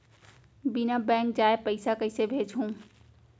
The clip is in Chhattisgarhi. बिना बैंक जाये पइसा कइसे भेजहूँ?